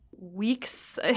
weeks